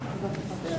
הוא היושב-ראש,